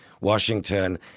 Washington